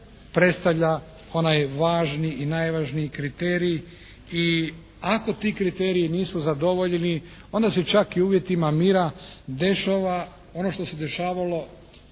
predstavlja onaj važni i najvažniji kriterij i ako ti kriteriji nisu zadovoljeni onda se čak i u uvjetima mira dešava ono što se dešavalo